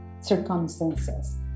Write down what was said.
circumstances